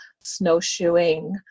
snowshoeing